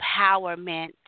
Empowerment